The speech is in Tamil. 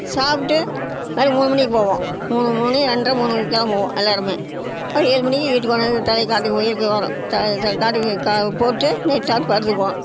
சாப்பிட்டு மறுபடி மூணு மணிக்குப் போவோம் மூணு மணி ரெண்டர மூணுக்குலாம் போவோம் எல்லோருமே பிறகு ஏழு மணிக்கு வீட்டுக்கு கொண்டாந்து தழையை காட்டுக்கு போய் வரோம் த த காட்டுக்கு க போட்டு நைட்டு சாப்பிட்டு படுத்துக்குவோம்